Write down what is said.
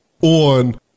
on